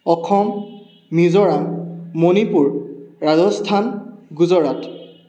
Assam Mizoram Manipur Rajasthan Gujarat